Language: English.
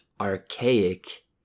archaic